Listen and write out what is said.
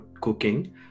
cooking